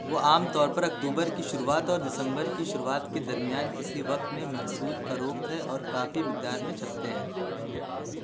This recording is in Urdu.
وہ عام طور پر اکتوبر کی شروعات اور دسمبر کی شروعات کے درمیان کسی وقت میں محصول فروخت ہے اور کافی مقدار میں چھپتے ہیں